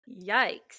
yikes